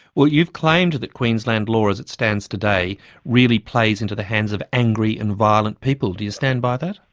well you've claimed that queensland law as it stands today really plays into the hands of angry and violent people. do you stand by that?